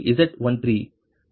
01j0